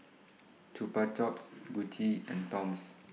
Chupa Chups Gucci and Toms